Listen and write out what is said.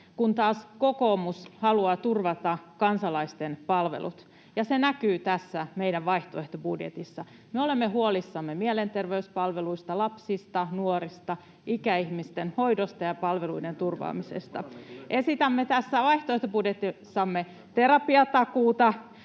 kun taas kokoomus haluaa turvata kansalaisten palvelut, ja se näkyy tässä meidän vaihtoehtobudjetissamme. Me olemme huolissamme mielenterveyspalveluista, lapsista, nuorista, ikäihmisten hoidosta ja palveluiden turvaamisesta. Esitämme tässä vaihtoehtobudjetissamme terapiatakuuta